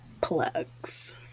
plugs